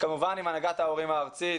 כמובן גם עם הנהגת ההורים הארצית,